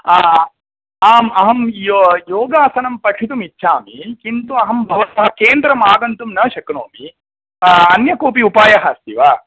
आम् अहं यो योगासनं पठितुमिच्छामि किन्तु अहं भवतः केन्द्रमागन्तुं न शक्नोमि अन्यः कोपि उपायः अस्ति वा